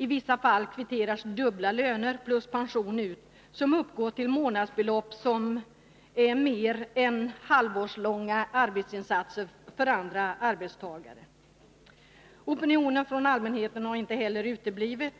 I vissa fall kvitteras dubbla löner plus pension ut, som uppgår till månadsbelopp som kräver mer än halvårslånga arbetsinsatser av andra arbetstagare. Opinionen från allmänheten har inte heller uteblivit.